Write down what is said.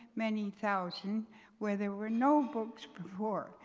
many thousand where there were no books before.